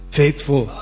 faithful